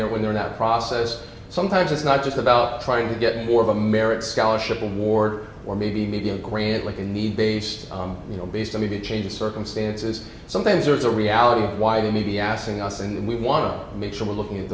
they're when they're not a process sometimes it's not just about trying to get more of a merit scholarship award or maybe maybe a grant like a need based you know based on need to change circumstances sometimes there's a reality why they may be asking us and we want to make sure we're looking at